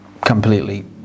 completely